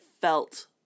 felt